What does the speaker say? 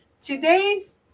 today's